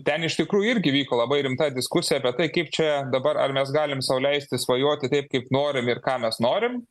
ten iš tikrųjų irgi vyko labai rimta diskusija apie tai kaip čia dabar ar mes galim sau leisti svajoti taip kaip norim ir ką mes norim